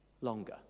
longer